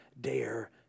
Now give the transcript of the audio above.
dare